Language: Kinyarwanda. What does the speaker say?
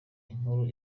inkuru